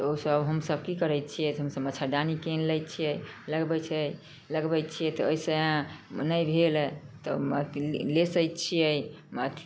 तऽ ओ सभ हमसभ की करैत छियै तऽ हमसभ मच्छरदानी कीन लै छियै लगबैत छियै लगबैत छियै तऽ ओहिसे नहि भेल तऽ ले सै छियै अथी